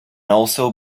also